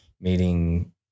meeting